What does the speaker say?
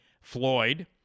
Floyd